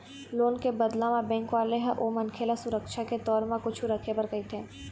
loan के बदला म बेंक वाले ह ओ मनखे ल सुरक्छा के तौर म कुछु रखे बर कहिथे